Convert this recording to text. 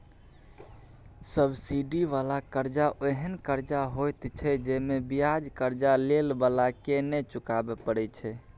subsidy बला कर्जा ओहेन कर्जा होइत छै जइमे बियाज कर्जा लेइ बला के नै चुकाबे परे छै